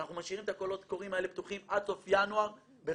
אנחנו משאירים את הקולות קוראים האלה פתוחים עד סוף ינואר בכוונה.